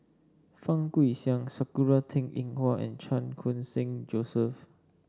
Fang Guixiang Sakura Teng Ying Hua and Chan Khun Sing Joseph